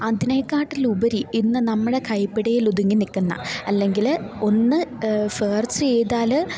അതിനെക്കാളുപരി ഇന്ന് നമ്മുടെ കൈപ്പിടിയിലൊതുങ്ങി നില്ക്കുന്ന അല്ലെങ്കിലൊന്ന് സേര്ച്ച് ചെയ്താല്